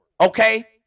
okay